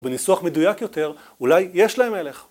בניסוח מדויק יותר, אולי יש להם מלך.